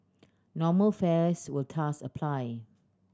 normal fares will thus apply